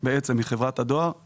אני כמובן מברך על מחאת ראשי